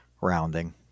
Rounding